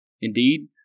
Indeed